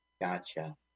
Gotcha